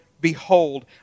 behold